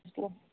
अस्तु